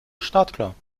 startklar